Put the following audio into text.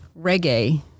reggae